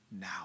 now